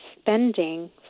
spending